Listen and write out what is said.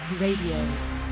Radio